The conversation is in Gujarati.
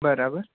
બરાબર